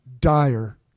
dire